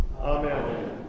Amen